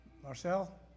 Marcel